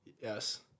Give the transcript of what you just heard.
Yes